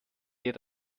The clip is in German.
ihr